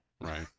right